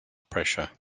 pressure